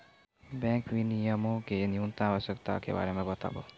bank विनियमो के न्यूनतम आवश्यकता के बारे मे बताबो